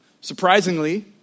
Surprisingly